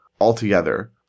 altogether